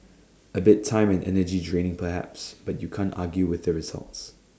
A bit time and energy draining perhaps but you can't argue with the results